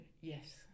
Yes